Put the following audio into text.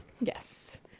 Yes